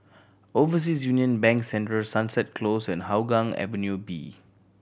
Overseas Union Bank Central Sunset Close and Hougang Avenue B